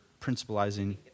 principalizing